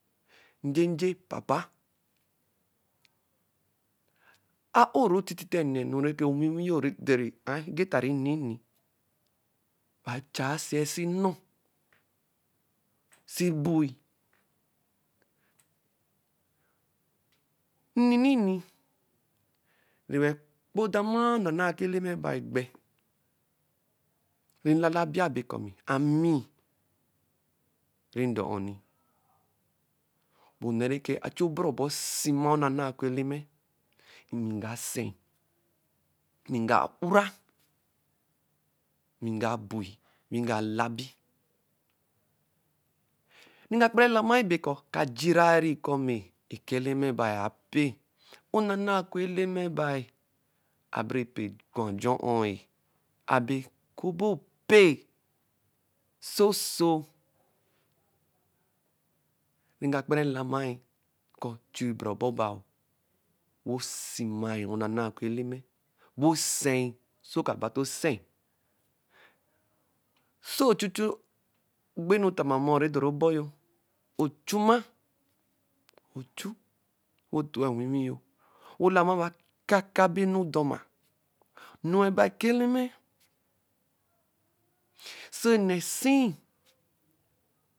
Njeje papa, a-o no-otititɛ nne enu nɛ ewiwi-yo rɛdcri-a egeta ri-ninini baa chaa siɛ si nɔ, si bui. Nni nini newarɛ kpo damɔɔ onana oku Eleme bai gbɛ. Ni lalabia bɛ kɔ ami ri dɔ ɔni bɛ onɛ rɛ kɛ achu ɔbɔru ɔbɔ sima onana oku Eleme. Ami ga se-e ami nga u’ra, ami ga bui, wi ga labi. Ni ga kpara elamai bɛ kɔ ka jiriari kɔ mɛ ɛka Eleme bai apɛ. Onana oku Eleme bai abere pẹ gwã ajor o-oe. Abe kobo pɛ. Soso, nega kpara lamai bɛ chui obɛrɛ ɔbɔ baa simai onana oku Eleme, wɛ sei se oka ba to-o se-e. Sa ovhuchu egbenu otama amɔɔ rɛ dɔru ɔbor yo ochuma, ochu wɔ tuɛ ewiwi yo. Weɛ olamaba eka eka bɛ enu dɔma. No-e ba ɛka Eleme oso nnɛ ese-i